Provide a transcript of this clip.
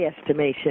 estimation